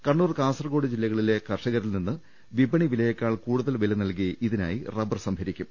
കണ്ണൂർ കാസർകോട് ജില്ല കളിലെ കർഷകരിൽനിന്ന് വിപണി വിലയെക്കാൾ കൂടുതൽ വില നൽകി ഇതിനായി റബ്ബർ സംഭരിക്കും